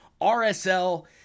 RSL